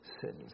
sins